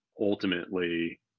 ultimately